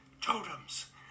totems